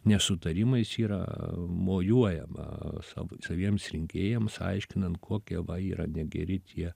nesutarimais yra mojuojama savo saviems rinkėjams aiškinant kokie va yra negeri tie